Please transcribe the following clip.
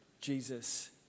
Jesus